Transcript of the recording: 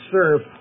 serve